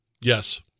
Yes